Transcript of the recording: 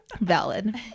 Valid